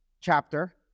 chapter